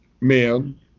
men